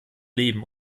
leben